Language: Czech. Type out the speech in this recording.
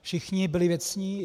Všichni byli věcní.